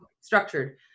structured